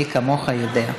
מי כמוך יודע.